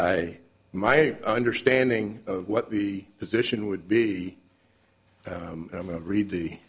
in my understanding of what the position would be read the